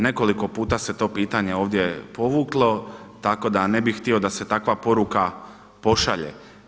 Nekoliko puta se to pitanje ovdje povuklo tako da ne bih htio da se takva poruka pošalje.